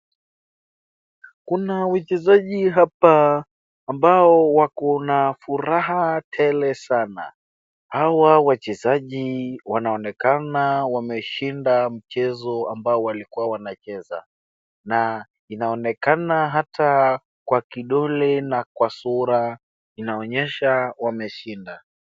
Kuna wachezaji hapa wakonafuraha tele sana .Hawa wachezaji anaonkana wameshinda mchezo ambao walikuwa wanashindana na inaonekana hata kwa kidole na kwa sur inaonyesha wameshinda.